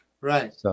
Right